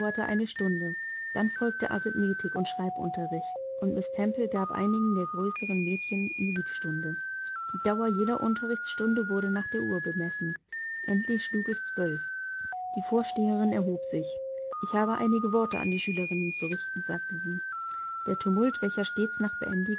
eine stunde dann folgte arithmetik und schreibunterricht und miß temple gab einigen der größeren mädchen musikstunde die dauer jeder unterrichtsstunde wurde nach der uhr bemessen endlich schlug es zwölf die vorsteherin erhob sich ich habe einige worte an die schülerinnen zu richten sagte sie der tumult welcher stets nach